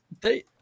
They-